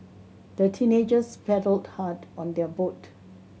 the teenagers paddled hard on their boat